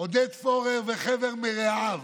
עודד פורר וחבר מרעיו